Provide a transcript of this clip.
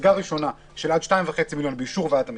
מדרגה ראשונה עד 2.5 מיליון באישור ועדת המכרזים,